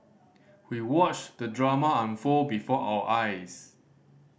we watched the drama unfold before our eyes